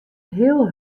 heel